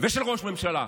ושל ראש ממשלה,